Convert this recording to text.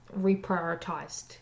reprioritized